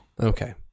Okay